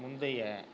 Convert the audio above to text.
முந்தைய